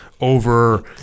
over